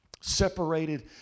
separated